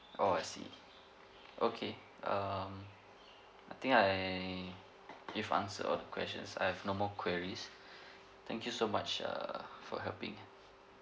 orh I see okay um I think I you've answered all the questions I have no more queries thank you so much err for helping